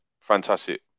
fantastic